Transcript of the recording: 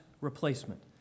replacement